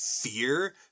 fear